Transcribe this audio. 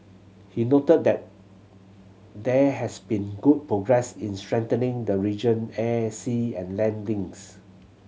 he noted that there has been good progress in strengthening the region air sea and land links